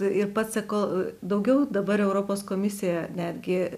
ir pats eko daugiau dabar europos komisija netgi